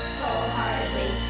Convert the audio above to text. wholeheartedly